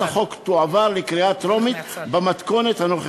החוק תועבר לקריאה טרומית במתכונת הנוכחית.